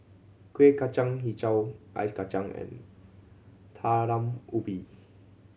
Kueh Kacang Hijau ice kacang and Talam Ubi